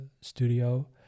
studio